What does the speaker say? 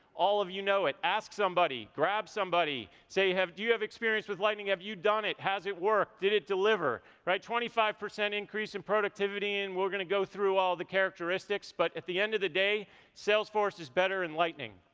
all of you know it. ask somebody. grab somebody. say, do you have experience with lightning? have you done it? has it work? did it deliver, right? twenty five percent increase in productivity. and we're gonna go through all the characteristics, but at the end of the day salesforce is better in lightning,